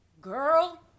Girl